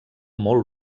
molt